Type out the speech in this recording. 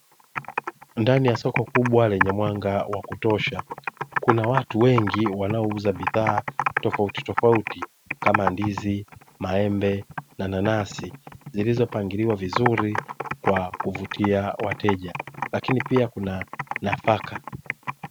Ndani ya soko kubwa lenye mwanga wa kutosha, kuna watu wengi wanao uza bidhaa tofauti tofauti, kama ndizi, maembe na nanasi zilizo pangiliwa vizuri kwa kuvutia wateja, lakini pia kuna nafaka.